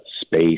space